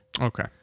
Okay